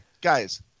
guys